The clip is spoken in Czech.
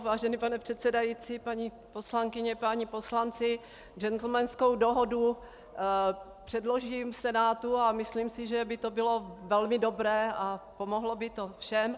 Vážený pane předsedající, paní poslankyně, páni poslanci, džentlmenskou dohodu předložím v Senátu a myslím si, že by to bylo velmi dobré a pomohlo by to všem.